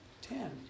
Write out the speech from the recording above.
Ten